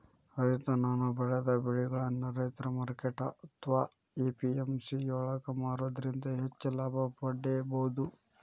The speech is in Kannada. ರೈತ ತಾನು ಬೆಳೆದ ಬೆಳಿಗಳನ್ನ ರೈತರ ಮಾರ್ಕೆಟ್ ಅತ್ವಾ ಎ.ಪಿ.ಎಂ.ಸಿ ಯೊಳಗ ಮಾರೋದ್ರಿಂದ ಹೆಚ್ಚ ಲಾಭ ಪಡೇಬೋದು